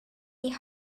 die